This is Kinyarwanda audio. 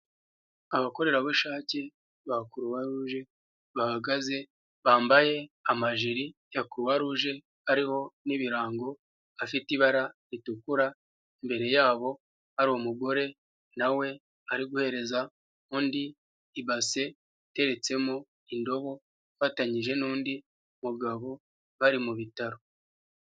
Abakorerabushake ba kuruwaruje bahagaze bambaye amajeri ya kuruwaruje ariho n'ibirango, afite ibara ritukura, imbere yabo hari umugore na we ari guhereza undi ibase iteretsemo indobo, afatanyije n'undi mugabo bari mu bitaro.